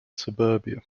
suburbia